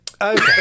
Okay